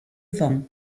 vent